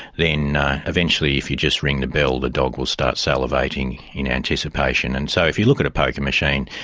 then eventually if you just ring the bell the dog will start salivating in anticipation. and so if you look at a poker machine,